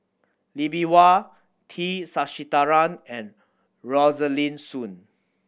Lee Bee Wah T Sasitharan and Rosaline Soon